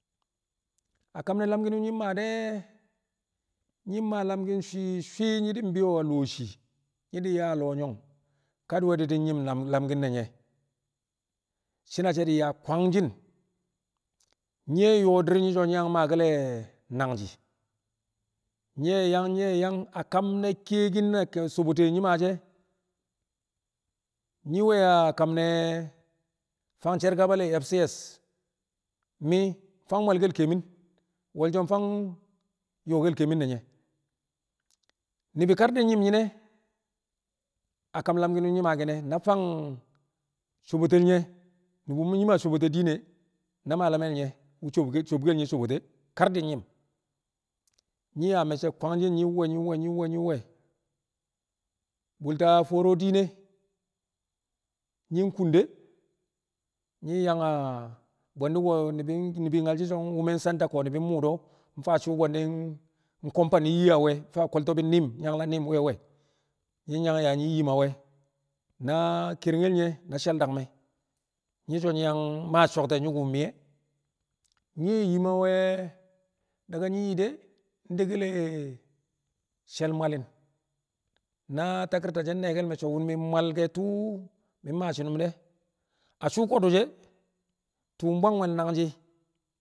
A kam ne̱ lamki̱n wu̱ nyi̱ maa de̱ nyi̱ maa lamki̱n swi̱swi̱ nyi̱ di̱ bi̱yo̱ lo̱o̱ shii nyi̱ di̱ yaa a lo̱o̱ nyong kadi̱we̱di̱ di̱ nyi̱m lamki̱n ne̱ nye̱ shi̱ne̱ she̱ di̱ yaa kwanshɪn, nye̱ yo̱o̱ dir nyi̱ so̱ nyi̱ yang maake̱l le̱ nangji̱, nye̱ yang nye̱ yang a kam ne̱ kiyekin le̱ sobote wu̱ nyi̱ maashi̱ ẹ nyi̱ we̱ a kam ne̱ fang sher kaba le̱ FCS mi̱ mfang mwalke̱l ke̱e̱mi̱n wolsho mfang yo̱o̱ke̱l ke̱e̱mi̱n ne̱ nye̱ ni̱bi̱ kar di̱ nyi̱m nyine a kam lamki̱n wu̱ nyi̱ maaki̱n e̱ na fang sobotel nye̱ nu̱bu̱ nyi̱ maa sobote diin e̱ na malu̱me̱ wu̱ sobkel nye̱ sobote e kar di̱ nyɪm, nyi̱ yaa me̱cce̱ kwangshi̱n nyi̱ we̱ nyi̱ we̱ nyi̱ we̱ bu̱lta fo̱o̱ro̱ diin e nyi̱ kun de̱ nyi̱ yang a bwe̱ndu̱ ko̱ ni̱bi̱ ni̱bi̱ nyal shi̱ so̱ Women Centre ko̱ ni̱bi̱ muu do mafa suu bwe̱ndu̱ komfani yi a we̱ mfa ko̱lto̱ bi nyim nyangla nyim a we̱ nyi̱ yang yaa nyi̱ yim a we̱ na kerngel nye̱ na she̱l dagme nyi̱ so̱ nyi̱ yang maa sokte nyu̱ku̱ miye e nye̱ yim a we̱ daga nyi̱ yi de̱ nde she̱l mwali̱n na takirta she̱ so̱ wo̱m mi̱ mwal ke̱ tu̱u̱ mi̱ maa shu̱nu̱n de̱ a suu ko̱du̱ she̱ tụu̱ mbwang we̱l nangji̱.